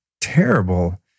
terrible